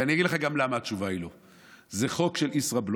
ואני אגיד לך גם למה התשובה היא לא: זה חוק של ישראבלוף,